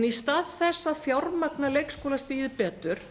En í stað þess að fjármagna leikskólastigið betur